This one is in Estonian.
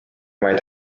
vaid